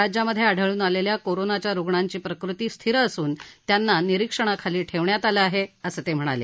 राज्यामध्ये आढळून आलेल्या कोरोनाच्या रुग्णांची प्रकृती स्थिर असून त्यांना निरीक्षणाखाली ठेवण्यात आलं आहे असं ते म्हणाले